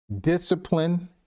discipline